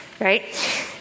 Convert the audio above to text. right